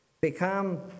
become